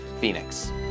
Phoenix